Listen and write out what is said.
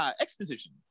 exposition